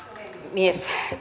puhemies